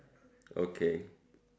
okay